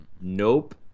Nope